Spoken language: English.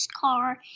car